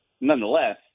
nonetheless